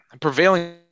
prevailing